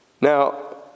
Now